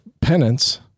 penance